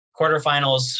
quarterfinals